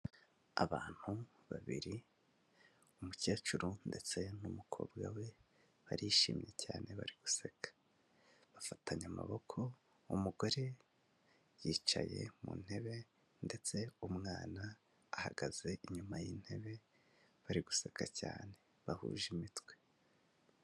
Abantu babiri umukecuru ndetse n'umukobwa we barishimye cyane bari guseka, bafatanye amaboko umugore yicaye mu ntebe ndetse umwana ahagaze inyuma y'intebe bari guseka cyane bahuje imitwe.